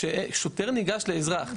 כששוטר ניגש לאזרח,